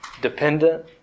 dependent